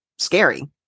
scary